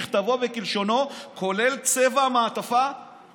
ככתבו וכלשונו, כולל צבע החוברת,